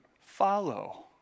follow